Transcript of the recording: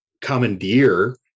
commandeer